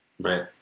Right